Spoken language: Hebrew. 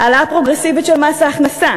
העלאה פרוגרסיבית של מס ההכנסה,